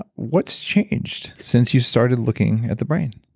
but what's changed since you started looking at the brain?